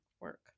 work